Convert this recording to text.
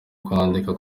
kwandika